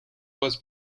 was